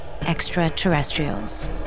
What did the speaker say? extraterrestrials